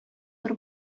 бер